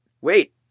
Wait